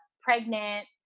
pregnant